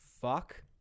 Fuck